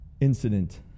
incident